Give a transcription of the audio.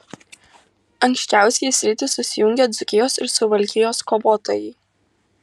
anksčiausiai į sritį susijungė dzūkijos ir suvalkijos kovotojai